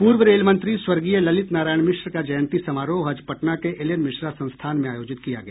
पूर्व रेलमंत्री स्व ललित नारायण मिश्र का जयंती समारोह आज पटना के एल एन मिश्रा संस्थान में आयोजित किया गया